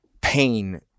pain